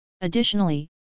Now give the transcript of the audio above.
Additionally